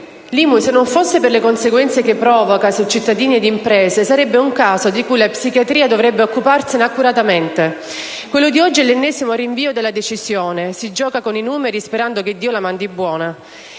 l'IMU, se non fosse per le conseguenze che provoca su cittadini e imprese, sarebbe un caso di cui la psichiatria dovrebbe occuparsi accuratamente. Quello di oggi è l'ennesimo rinvio della decisione: si gioca con i numeri sperando che Dio la mandi buona.